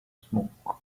smoke